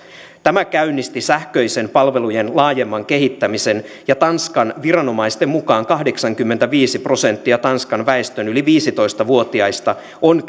tämä käynnisti sähköisten palvelujen laajemman kehittämisen ja tanskan viranomaisten mukaan kahdeksankymmentäviisi prosenttia tanskan väestön yli viisitoista vuotiaista on